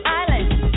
island